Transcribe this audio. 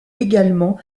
également